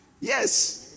Yes